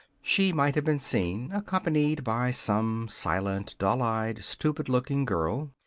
she might have been seen accompanied by some silent, dull-eyed, stupid-looking girl,